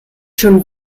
schon